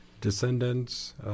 Descendants